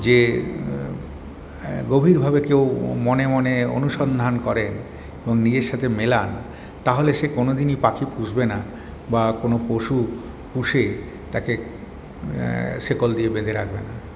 যে গভীরভাবে কেউ মনে মনে অনুসন্ধান করেন এবং নিজের সাথে মেলান তাহলে সে কোন দিনই পাখি পুষবেনা বা কোন পশু পুষে তাকে শিকল দিয়ে বেঁধে রাখবে না